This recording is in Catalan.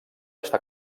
està